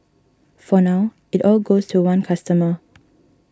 for now it all goes to one customer